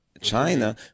China